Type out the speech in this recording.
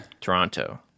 Toronto